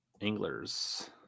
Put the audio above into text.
anglers